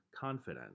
Confident